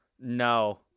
no